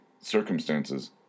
circumstances